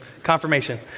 Confirmation